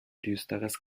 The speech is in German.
düsteres